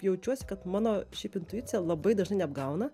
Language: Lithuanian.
jaučiuosi kad mano šiaip intuicija labai dažnai neapgauna